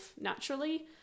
naturally